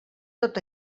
tot